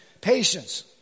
Patience